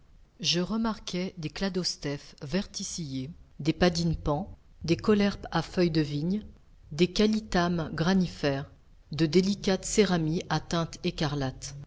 je remarquai des cladostèphes verticillées des padines paon des caulerpes à feuilles de vigne des callithamnes granifères de délicates céramies à teintes écarlates